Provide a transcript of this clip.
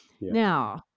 Now